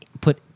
put